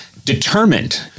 Determined